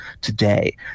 today